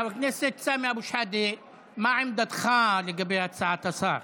חבר הכנסת סמי אבו שחאדה, מה עמדתך לגבי הצעת השר?